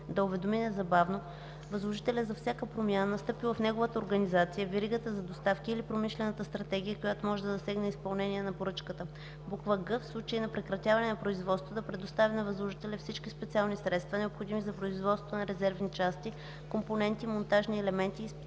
да уведоми незабавно възложителя за всяка промяна, настъпила в неговата организация, веригата за доставки или промишлената стратегия, която може да засегне изпълнението на поръчката; г) в случай на прекратяване на производството да предостави на възложителя всички специални средства, необходими за производството на резервни части, компоненти, монтажни елементи и специална